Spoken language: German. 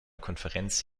konferenz